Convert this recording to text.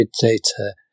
data